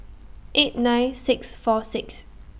eight nine six four six